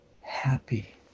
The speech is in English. happy